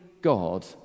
God